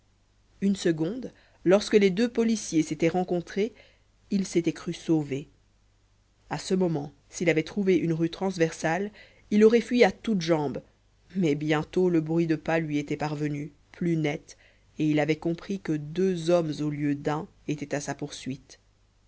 une seconde lorsque les deux policiers s'étaient rencontrés il s'était cru sauvé à ce moment s'il avait trouvé une rue transversale il aurait fui à toutes jambes mais bientôt le bruit de pas lui était parvenu plus net et il avait compris que deux hommes au lieu d'un étaient à sa poursuite